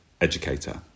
educator